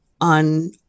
on